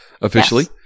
officially